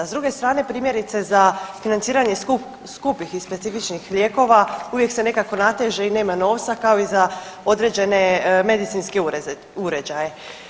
S druge strane primjerice za financiranje skupih i specifičnih lijekova uvijek se nekako nateže i nema novca kao i za određene medicinske uređuje.